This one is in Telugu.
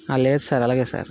ఆ లేదు సార్ అలాగే సార్